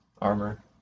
armor